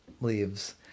leaves